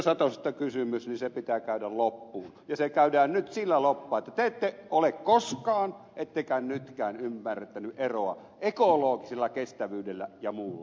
satosesta kysymys niin se pitää käydä loppuun ja se käydään nyt sillä tavalla loppuun että te ette ole koskaan ettekä nytkään ymmärtänyt eroa ekologisella kestävyydellä ja muulla